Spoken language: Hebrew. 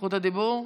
בזכות הדיבור?